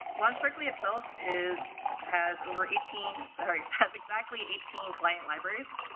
launchdarkly itself is has over eighteen sorry has exactly eighteen client libraries.